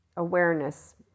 awareness